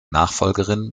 nachfolgerin